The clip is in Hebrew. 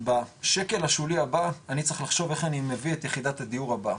בשקל השולי הבא אני צריך לחשוב איך אני מביא את יחידת הדיור הבאה.